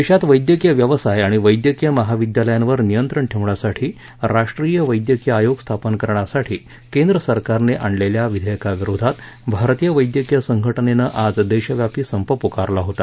देशात वैद्यकीय व्यवसाय आणि वैद्यकीय महाविद्यालयांवर नियंत्रण ठेवण्यासाठी राष्ट्रीय वैद्यकीय आयोग स्थापन करण्यासाठी केंद्र सरकारने आणलेल्या विधेयकाविरोधात भारतीय वैद्यकीय संघटनेने आज देशव्यापी संप पुकारला होता